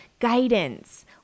Guidance